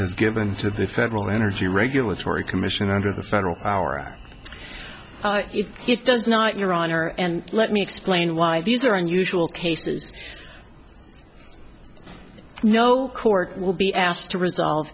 has given to the federal energy regulatory commission under the federal power act if it does not your honor and let me explain why these are unusual cases no court will be asked to resolve